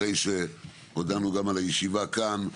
אחרי שהודענו גם על הישיבה כאן,